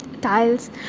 tiles